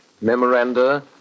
memoranda